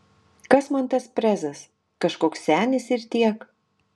kas man tas prezas kažkoks senis ir tiek